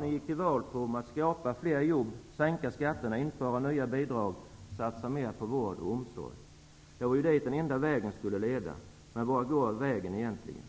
Ni gick ju till val på att skapa fler jobb, sänka skatterna, införa nya bidrag, satsa mer på vård och omsorg. Det var ju dit den enda vägen skulle leda. Men vart går den vägen egentligen?